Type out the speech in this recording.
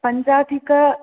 पञ्चाधिकम्